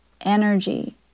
energy